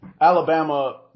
alabama